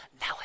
Now